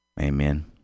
Amen